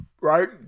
right